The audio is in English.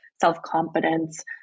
self-confidence